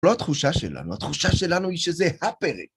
לא התחושה שלנו, התחושה שלנו היא שזה הפרק.